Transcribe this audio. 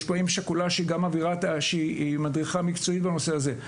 יש פה אם שכולה שהיא מדריכה מקצועית בנושא הזה.